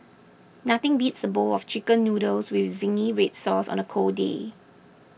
nothing beats a bowl of Chicken Noodles with Zingy Red Sauce on a cold day